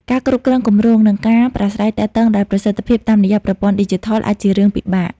ការគ្រប់គ្រងគម្រោង និងការប្រាស្រ័យទាក់ទងដោយប្រសិទ្ធភាពតាមរយៈប្រព័ន្ធឌីជីថល អាចជារឿងពិបាក។